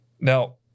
Now